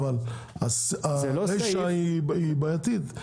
הרישה היא בעייתית.